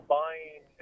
buying